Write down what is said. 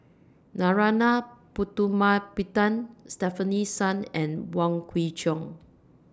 Narana Putumaippittan Stefanie Sun and Wong Kwei Cheong